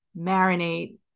marinate